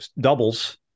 doubles